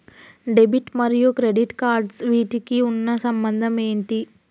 Debit మరియు credit cards వీటికి ఉన్న సంబంధం ఏంటి?